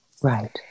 right